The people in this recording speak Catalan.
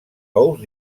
ous